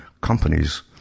companies